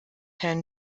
herrn